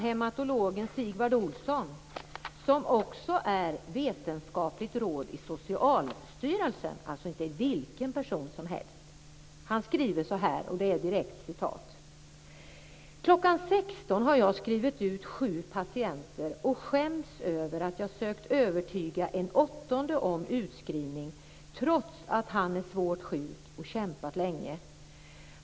Hematologen Sigvard Olsson, som också är vetenskapligt råd i Socialstyrelsen - det handlar alltså inte om vilken person som helst - skriver: "Klockan 16 har jag skrivit ut 7 patienter och skäms över att jag sökt övertyga en 8:e om utskrivning trots att han är svårt sjuk och kämpat länge.